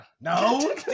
no